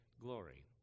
glory